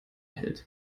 hält